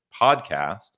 podcast